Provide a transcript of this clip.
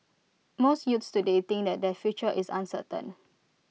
most youths today think that their future is uncertain